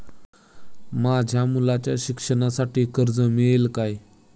माझ्या मुलाच्या शिक्षणासाठी कर्ज मिळेल काय?